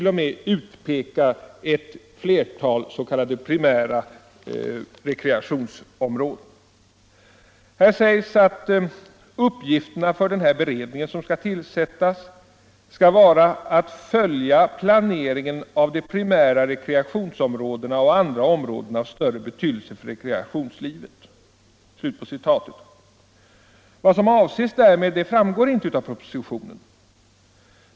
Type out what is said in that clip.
0. m. utpeka eu fertal s.k. primära rekreationsområden. Det framhålls i propositionen att uppgifterna för den beredning som skall tillsättas skall vara att ”följa planeringen av de primära rekreationsområdena och andra områden av större betydelse för rekreationslivet”. Vad som avses därmed framgår inte av propositionen.